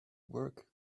work